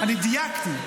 אני דייקתי.